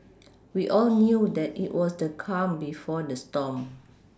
we all knew that it was the calm before the storm